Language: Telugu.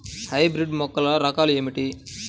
హైబ్రిడ్ మొక్కల రకాలు ఏమిటి?